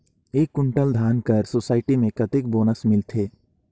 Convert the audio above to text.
एक कुंटल धान कर सोसायटी मे कतेक बोनस मिलथे?